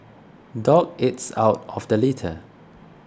dog eats out of the litter